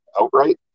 outright